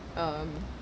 um